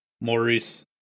Maurice